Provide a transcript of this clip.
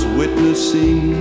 witnessing